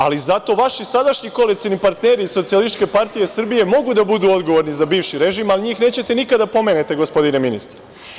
Ali, zato vaši sadašnji koalicioni partneri iz SPS mogu da budu odgovorni za bivši režim, ali njih nećete nikada da pomenete gospodine ministre.